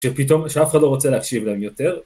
‫שפתאום, שאף אחד לא רוצה ‫להקשיב להם יותר.